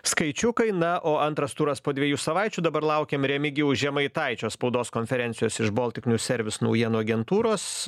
skaičiukai na o antras turas po dviejų savaičių dabar laukiam remigijaus žemaitaičio spaudos konferencijos iš baltic new service naujienų agentūros